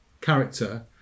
character